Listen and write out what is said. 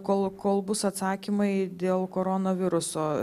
kol kol bus atsakymai dėl koronaviruso